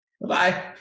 Bye-bye